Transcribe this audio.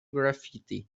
graffiti